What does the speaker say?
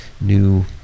new